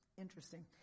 Interesting